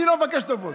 אני לא מבקש טובות.